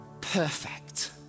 perfect